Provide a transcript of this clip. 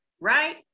right